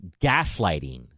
gaslighting